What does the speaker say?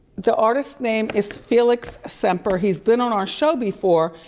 the artists name is felix semper, he's been on our show before,